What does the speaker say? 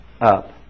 up